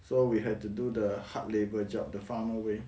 so we had to do the hard labor job the farmer way